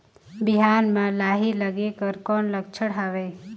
बिहान म लाही लगेक कर कौन लक्षण हवे?